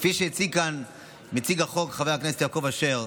כפי שהציג כאן מציג החוק חבר הכנסת יעקב אשר,